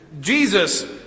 Jesus